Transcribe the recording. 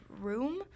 room